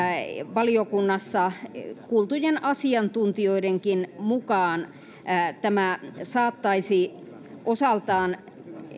valiokunnassa kuultujen asiantuntijoidenkin mukaan tämä saattaisi osaltaan